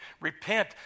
repent